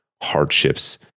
hardships